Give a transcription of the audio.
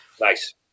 Nice